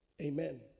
Amen